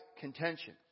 contention